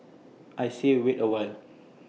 I say wait A while